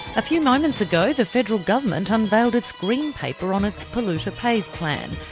a few moments ago the federal government unveiled its green paper on its polluter pays plan,